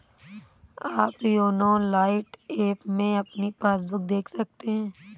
आप YONO lite app में अपनी पासबुक देख सकते हैं